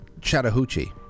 Chattahoochee